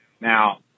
now